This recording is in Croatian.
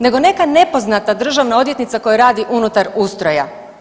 Nego neka nepoznata državna odvjetnica koja radi unutar ustroja.